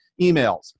emails